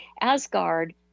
Asgard